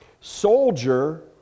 soldier